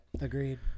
Agreed